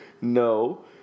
No